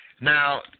Now